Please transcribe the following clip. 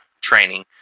training